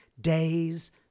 days